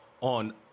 on